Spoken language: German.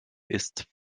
ist